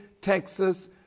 Texas